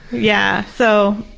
yeah. so.